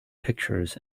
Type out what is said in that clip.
pictures